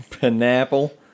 Pineapple